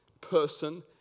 person